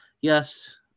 Yes